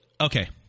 okay